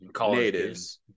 natives